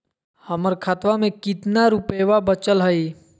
हमर खतवा मे कितना रूपयवा बचल हई?